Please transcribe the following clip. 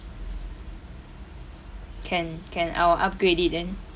can can I'll upgrade it then